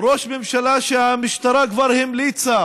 ראש ממשלה שהמשטרה כבר המליצה